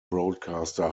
broadcaster